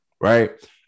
right